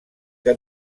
que